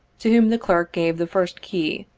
to whom the clerk gave the first key,